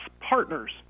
partners